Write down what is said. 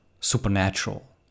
supernatural